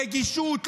רגישות?